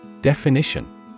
Definition